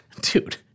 Dude